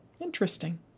Interesting